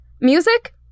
music